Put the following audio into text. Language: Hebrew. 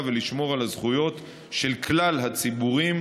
ולשמור על הזכויות של כלל הציבורים,